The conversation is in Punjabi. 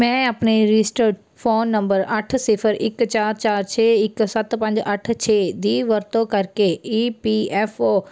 ਮੈਂ ਆਪਣੇ ਰਜਿਸਟਰਡ ਫੋਨ ਨੰਬਰ ਅੱਠ ਸਿਫ਼ਰ ਇੱਕ ਚਾਰ ਚਾਰ ਛੇ ਇੱਕ ਸੱਤ ਪੰਜ ਅੱਠ ਛੇ ਦੀ ਵਰਤੋਂ ਕਰਕੇ ਈ ਪੀ ਐਫ ਓ